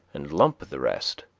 and lump the rest.